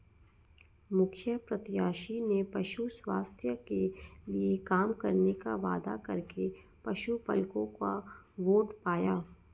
मुखिया प्रत्याशी ने पशु स्वास्थ्य के लिए काम करने का वादा करके पशुपलकों का वोट पाया